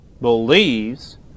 believes